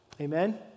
Amen